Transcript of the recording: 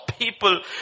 People